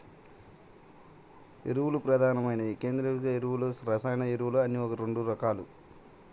ఎరువులు ప్రధానంగా సేంద్రీయ ఎరువులు, రసాయన ఎరువులు అని రెండు రకాలు